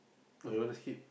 or you wanna skip